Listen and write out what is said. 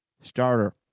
starter